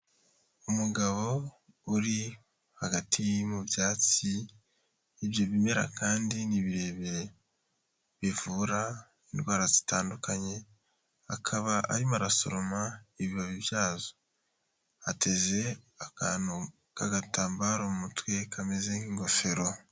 Umugabo uri hagati mu byatsi ibyo bimera kandi ni birebire bivura indwara zitandukanye akaba ari mo arasoroma ibibabi byabi ateze akantu k'agatambaro umutwe kameze nk'ingofero.